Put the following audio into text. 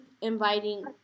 inviting